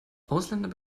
ausländer